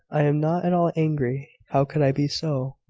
i am not at all angry how could i be so?